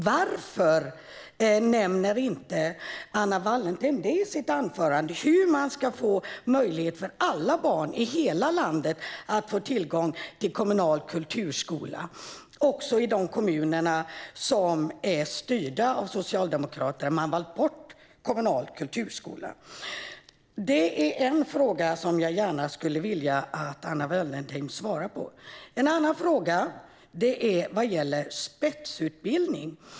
Varför nämner inte Anna Wallentheim detta i sitt anförande? Hur ska man få möjlighet för alla barn i hela landet att få tillgång till kommunal kulturskola, även i de kommuner som är styrda av socialdemokrater och som valt bort kommunal kulturskola? Det är en fråga som jag gärna skulle vilja att Anna Wallentheim svarade på. En annan fråga gäller spetsutbildning.